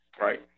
right